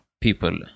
people